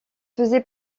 faisait